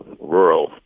rural